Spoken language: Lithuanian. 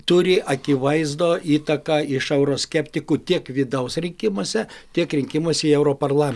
turi akivaizdo įtaką iš euroskeptikų tiek vidaus rinkimuose tiek rinkimuose į europarlame